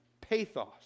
pathos